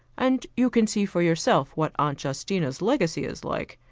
and you can see for yourself what aunt justina's legacy is like.